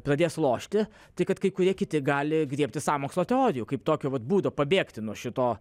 pradės lošti tai kad kai kurie kiti gali griebtis sąmokslo teorijų kaip tokio vat būdo pabėgti nuo šito